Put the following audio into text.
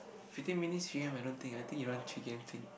fifteen minutes three k_M I don't think I think you run three k_m twen~